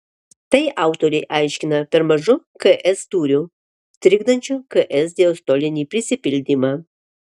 tai autoriai aiškina per mažu ks tūriu trikdančiu ks diastolinį prisipildymą